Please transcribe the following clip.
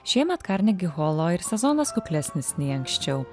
šiemet karnegi holo ir sezonas kuklesnis nei anksčiau